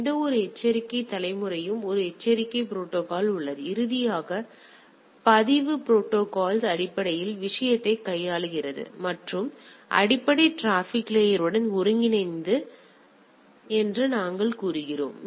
எந்தவொரு எச்சரிக்கை தலைமுறைக்கும் ஒரு எச்சரிக்கை ப்ரோடோகால் உள்ளது இறுதியாக பதிவு ப்ரோடோகால்ஸ் அடிப்படையில் விஷயத்தைக் கையாளுகிறது மற்றும் அடிப்படை டிராபிக் லேயர் உடன் ஒருங்கிணைக்கிறது என்று நாங்கள் கூறுகிறோம்